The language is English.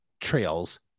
trails